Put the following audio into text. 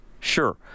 Sure